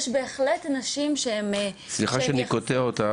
בהחלט יש אנשים שהם --- סליחה שאני קוטע אותך,